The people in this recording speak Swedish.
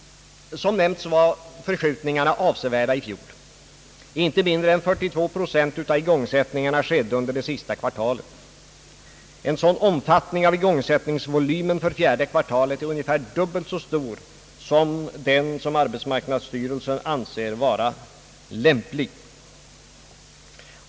Som nämnts var förskjutningarna avsevärda i fjol. Inte mindre än 42 procent av igångsättningarna skedde under det sista kvartalet. En sådan omfattning av igångsättningsvolymen för fjärde kvartalet är ungefär dubbelt så stor som den arbetsmarknadsstyrelsen anser vara lämplig.